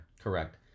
correct